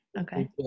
okay